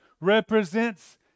represents